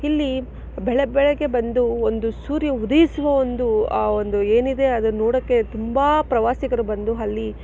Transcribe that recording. ಇಲ್ಲಿ ಬೆಳಗ್ಗೆ ಬೆಳಗ್ಗೆ ಬಂದು ಒಂದು ಸೂರ್ಯ ಉದಯಿಸುವ ಒಂದು ಆ ಒಂದು ಏನಿದೆ ಅದನ್ನು ನೋಡೋಕ್ಕೆ ತುಂಬ ಪ್ರವಾಸಿಗರು ಬಂದು ಅಲ್ಲಿ